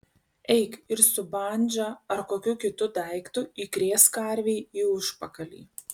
eik ir su bandža ar kokiu kitu daiktu įkrėsk karvei į užpakalį